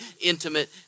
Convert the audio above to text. intimate